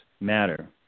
matter